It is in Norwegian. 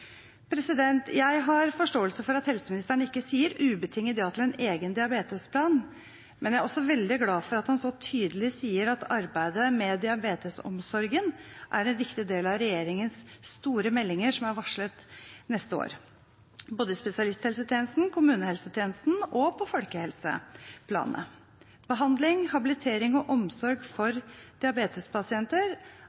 Jeg har forståelse for at helseministeren ikke sier ubetinget ja til en egen diabetesplan, men jeg er veldig glad for at han så tydelig sier at arbeidet med diabetesomsorgen er en viktig del av regjeringens store meldinger som er varslet neste år – både om spesialisthelsetjenesten, kommunehelsetjenesten og om folkehelse. Behandling, habilitering og omsorg for